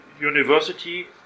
university